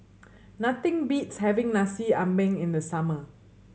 nothing beats having Nasi Ambeng in the summer